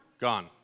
gone